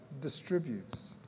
distributes